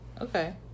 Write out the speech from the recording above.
Okay